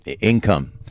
income